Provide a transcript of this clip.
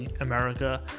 America